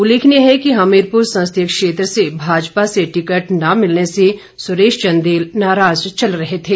उल्लेखनीय है कि हमीरपुर संसदीय क्षेत्र से भाजपा से टिकट न मिलने से सुरेश चंदेल नाराज चल रहे थे